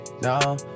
No